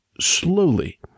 slowly